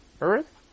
earth